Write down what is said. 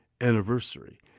anniversary